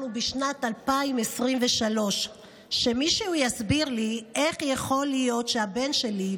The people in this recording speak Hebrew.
בשנת 2023. שמישהו יסביר לי איך יכול להיות שהבן שלי,